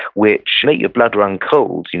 which made your blood run cold.